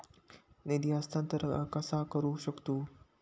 निधी हस्तांतर कसा करू शकतू?